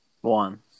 one